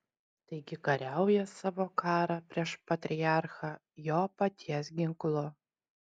taigi kariauja savo karą prieš patriarchą jo paties ginklu